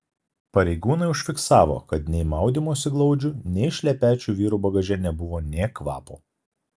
pareigūnai užfiksavo kad nei maudymosi glaudžių nei šlepečių vyrų bagaže nebuvo nė kvapo